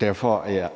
Derfor er